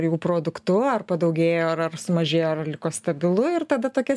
jų produktu ar padaugėjo ar ar sumažėjo ar liko stabilu ir tada tokia